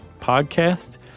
Podcast